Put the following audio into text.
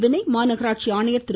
வினய் மாநகராட்சி ஆணையர் திரு